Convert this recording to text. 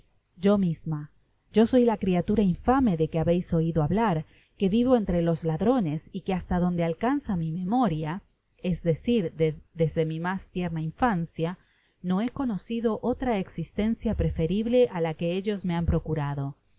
yo misma yo soy la criatura infame de que habeis oido hablar que vivo entre los ladrones y que basta donde alcanza mi memoria es decir desde mi mas tierna infancia no he conocido otra existencia preferible á la que ellos me han procurado